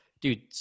Dude